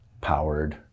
powered